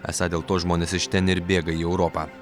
esą dėl to žmonės iš ten ir bėga į europą